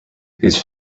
these